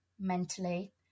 mentally